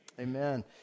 Amen